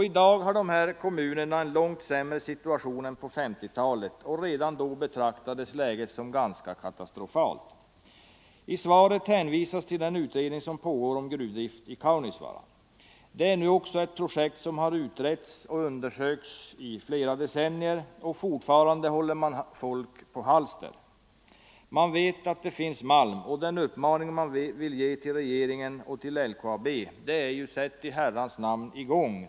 I dag är de här kommunerna i en långt sämre situation än på 1950-talet, och redan då betraktades läget som ganska katastrofalt. I svaret hänvisas till den utredning som pågår om gruvdrift i Kaunisvaara. Det är nu också ett projekt som har utretts och undersökts i decennier och fortfarande håller man folk på halster trots att man vet att det finns malm. Den uppmaning man vill ge till regeringen och till LKAB är därför: Sätt i herrans namn i gång.